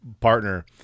partner